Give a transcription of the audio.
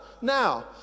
now